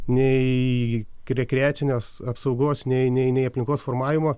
nei rekreacinės apsaugos nei nei nei aplinkos formavimą